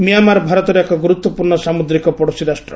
Myanmar ଭାରତର ଏକ ଗୁରୁତ୍ୱପୂର୍ଣ୍ଣ ସାମୁଦ୍ରିକ ପଡ଼ୋଶୀ ରାଷ୍ଟ୍ର